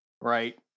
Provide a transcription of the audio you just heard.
right